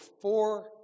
four